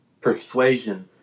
persuasion